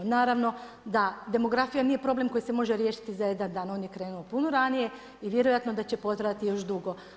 Naravno da demografija nije problem koji se može riješiti za jedan dan, on je krenuo puno ranije i vjerojatno da će potrajati još dugo.